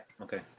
okay